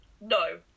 no